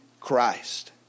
Christ